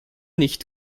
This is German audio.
nicht